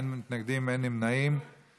(איסור פרסום של הצעה לעיסוק בזנות),